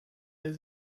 der